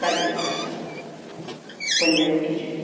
કાજુ masala Punjabi ખિચડી